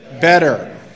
better